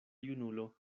junulo